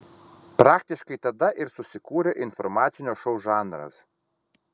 praktiškai tada ir susikūrė informacinio šou žanras